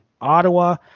Ottawa